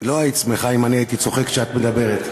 לא היית שמחה אם הייתי צוחק כשאת מדברת.